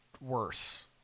worse